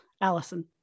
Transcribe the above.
Allison